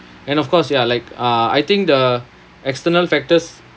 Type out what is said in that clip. and of course ya like uh I think the external factors